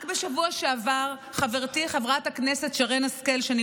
רק בשבוע שעבר חברתי חברת הכנסת שרן השכל,